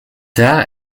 tard